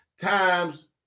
times